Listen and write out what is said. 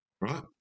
right